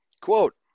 quote